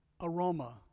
aroma